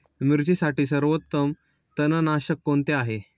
मिरचीसाठी सर्वोत्तम तणनाशक कोणते आहे?